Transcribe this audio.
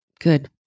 Good